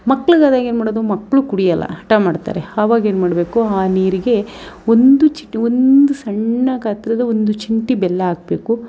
ಮಕ್ಳಿಗಾದಾಗ ಏನು ಮಾಡೋದು ಮಕ್ಕಳು ಕುಡಿಯೋಲ್ಲ ಹಠ ಮಾಡ್ತಾರೆ ಆವಾಗೇನು ಮಾಡಬೇಕು ಆ ನೀರಿಗೆ ಒಂದು ಚಿಟಿ ಒಂದು ಸಣ್ಣ ಗಾತ್ರದ ಒಂದು ಚಿಮ್ಟಿ ಬೆಲ್ಲ ಹಾಕ್ಬೇಕು